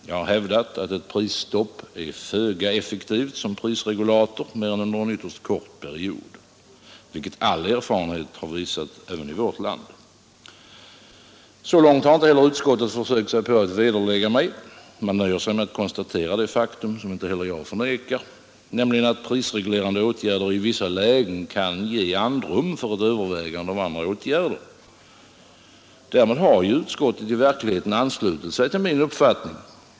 Jag har hävdat att ett prisstopp är föga effektivt som prisregulator mer än en ytterst kort period, vilket all erfarenhet har visat även i vårt land. Så långt har inte heller utskottet försökt sig på att vederlägga mig. Man nöjer sig med att konstatera det faktum, som inte heller jag förnekar, nämligen att prisreglerande åtgärder i vissa lägen kan ge andrum för ett övervägande av andra åtgärder. Därmed har utskottet i verkligheten anslutit sig till min uppfattning.